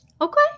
okay